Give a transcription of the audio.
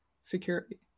security